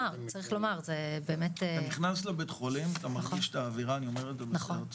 --- אתה נכנס לבית חולים אתה מרגיש את האווירה המחבקת,